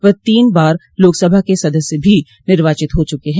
वह तीन बार लोकसभा के सदस्य भी निर्वाचित हो चुके हैं